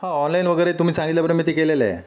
हां ऑनलाईन वगैरे तुम्ही सांगितल्याप्रमाणे मी ते केलेलं आहे